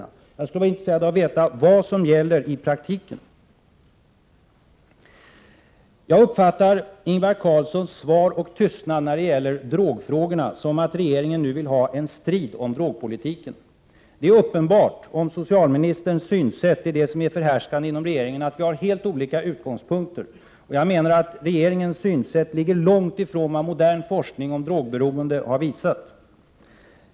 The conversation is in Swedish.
Jag skulle vara intresserad av att veta vad som gäller i praktiken. Jag uppfattar Ingvar Carlssons svar och tystnad när det gäller drogfrågorna så, att regeringen nu vill ha en strid om drogpolitiken. Det är uppenbart, om socialministerns synsätt är det som är förhärskande inom regeringen, att vi har helt olika utgångspunkter. Jag menar att regeringens synsätt ligger långt ifrån vad modern forskning om drogberoende har visat.